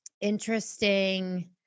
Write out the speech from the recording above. interesting